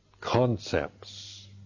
concepts